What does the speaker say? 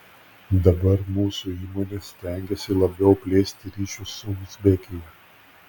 dabar mūsų įmonė stengiasi labiau plėsti ryšius su uzbekija